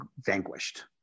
vanquished